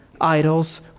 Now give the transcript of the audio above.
idols